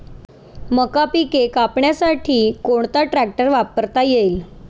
मका पिके कापण्यासाठी कोणता ट्रॅक्टर वापरता येईल?